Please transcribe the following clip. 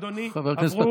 אדוני, עברו,